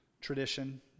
tradition